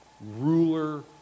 ruler